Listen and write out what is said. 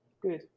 Good